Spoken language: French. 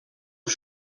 aux